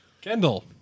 Kendall